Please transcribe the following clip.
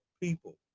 people